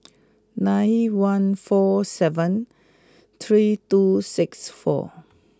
nine one four seven three two six four